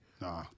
Nah